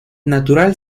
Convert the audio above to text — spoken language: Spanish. natural